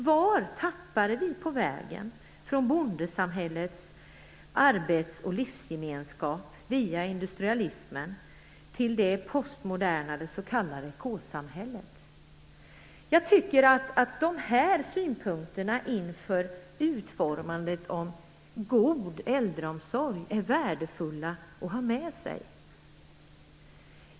Vad tappade vi på vägen från bondesamhällets arbetsoch livsgemenskap via industrialismen till det postmoderna s.k. K-samhället. Jag tycker att dessa synpunkter inför utformandet av god äldreomsorg är värdefulla att ha med sig.